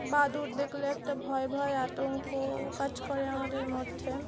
বাদুড় দেখলে একটা ভয় ভয় আতঙ্ক কাজ করে আমাদের মধ্যে